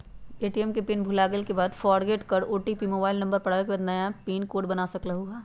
ATM के pin भुलागेल के बाद फोरगेट कर ओ.टी.पी मोबाइल नंबर पर आवे के बाद नया पिन कोड बना सकलहु ह?